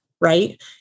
right